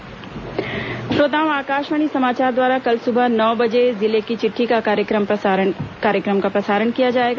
जिले की चिट्ठी श्रोताओं आकाशवाणी समाचार द्वारा कल सुबह नौ बजे जिले की चिट्ठी कार्यक्रम का प्रसारण किया जाएगा